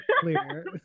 clear